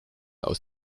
aus